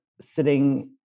sitting